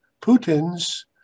Putin's